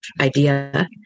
idea